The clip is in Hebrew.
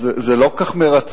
אז זה לא כל כך מרצון,